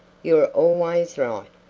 you're always right.